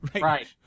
Right